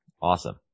Awesome